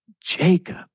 Jacob